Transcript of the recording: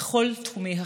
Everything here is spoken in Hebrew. בכל תחומי החיים.